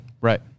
Right